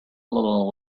little